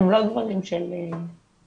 הם לא דברים של בינוי.